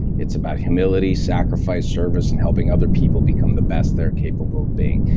it's about humility, sacrifice service and helping other people become the best they're capable of being.